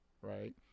right